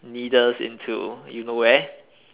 needles into you know where